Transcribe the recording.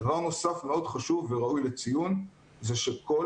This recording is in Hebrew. דבר נוסף מאוד חשוב וראוי לציון זה שכל